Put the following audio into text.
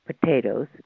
potatoes